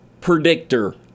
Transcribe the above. predictor